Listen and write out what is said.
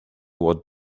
what